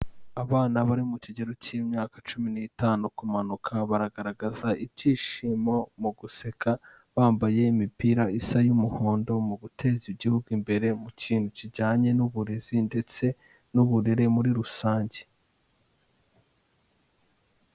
Abana bari mu kigero cy'imyaka cumi n'itanu kumanuka, baragaragaza ibyishimo mu guseka, bambaye imipira isa y'umuhondo mu guteza igihugu imbere, mu kintu kijyanye n'uburezi ndetse n'uburere muri rusange.